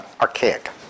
archaic